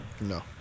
No